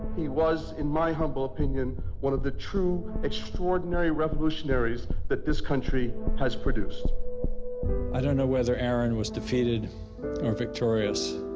he was in my humble opinion one of the true extraordinary revolutionaries that this country has produced i don't know weather aaron was defeated or victorious,